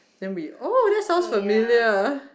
then we oh that sounds familiar